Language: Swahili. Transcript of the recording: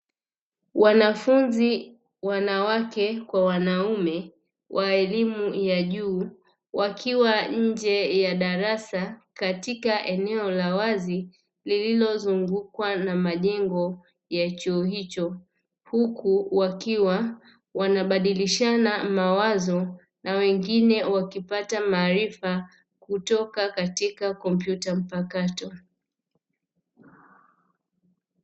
Wanafunzi wanawake kwa wanaume wa elimu ya juu wakiwa nje ya darasa katika eneo la wazi lililozungukwa na majengo ya chuo hicho, huku wakiwa wanabadilishana mawazo na wengine wakipata maarifa kutoka katika kompyuta mpakato.